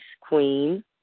Queen